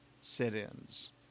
sit-ins